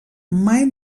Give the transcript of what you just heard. mai